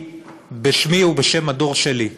בשמי ובשם הדור שלי.